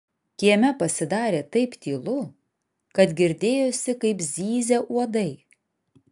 kieme pasidarė taip tylu kad girdėjosi kaip zyzia uodai